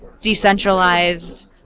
decentralized